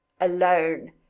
alone